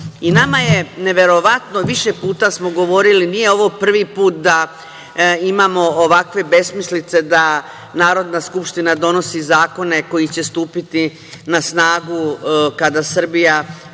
je neverovatno i više puta smo govorili, nije ovo prvi put da imamo ovakve besmislice da Narodna skupština donosi zakone koji će stupiti na snagu kada Srbija